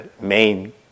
main